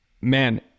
Man